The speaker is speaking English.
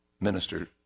minister